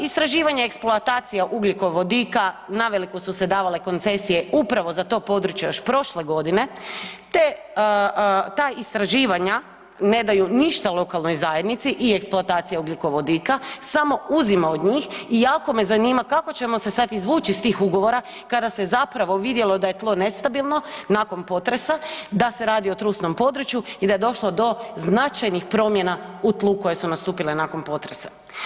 Istraživanje eksploatacija ugljikovodika, na veliko su se davale koncesije upravo za to područje još prošle godine, te ta istraživanja ne daju ništa lokalnoj zajednici i eksploatacija ugljikovodika samo uzima od njih i jako me zanima kako ćemo se sad izvući iz tih ugovora kada se zapravo vidjelo da je tlo nestabilno nakon potresa da se radi o trusnom području i da je došlo do značajnih promjena u tlu koje su nastupile nakon potresa.